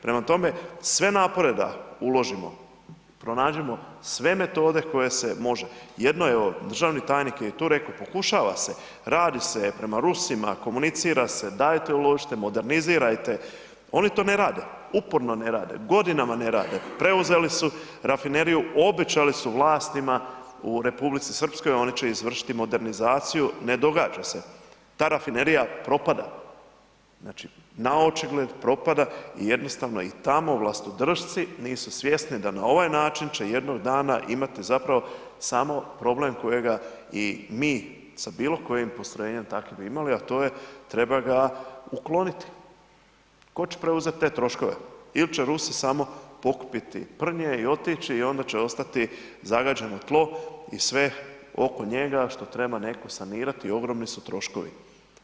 Prema tome, sve napore da uložimo, pronađimo sve metode koje se može, jedno je ovo, državni tajnik je tu rekao, pokušava se, radi se prema Rusima, komunicira se, dajte uložite, modernizirajte, oni to ne rade, uporno ne rade, godinama ne rade, preuzeli su rafineriju, obećali su vlastima u Republici Srpskoj oni će izvršiti modernizaciju, ne događa se, ta rafinerija propada, znači, naočigled propada i jednostavno i tamo vlastodršci nisu svjesni da na ovaj način će jednog dana imati zapravo samo problem kojega i mi sa bilo kojim postrojenjem takvim bi imali, a to je, treba ga ukloniti, tko će preuzet te troškove, il će Rusi samo pokupiti prnje i otići i onda će ostati zagađeno tlo i sve oko njega što treba netko sanirati, ogromni su troškovi.